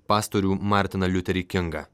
pastorių martiną liuterį kingą